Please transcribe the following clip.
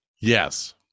Yes